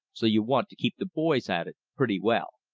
so you want to keep the boys at it pretty well.